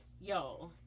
yo